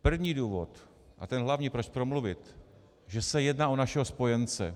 První důvod a ten hlavní, proč promluvit, že se jedná o našeho spojence.